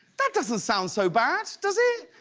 that doesn't sound so bad. does it?